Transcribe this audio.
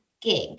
gig